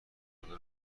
آمده